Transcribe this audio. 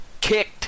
kicked